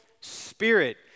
spirit